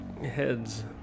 heads